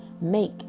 make